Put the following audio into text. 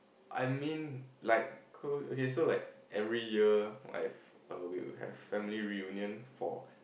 I mean like cu~ okay so like every year my err we would have family reunion for